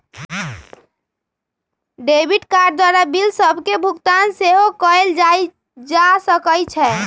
debit card द्वारा bill सभके भुगतान सेहो कएल जा सकइ छै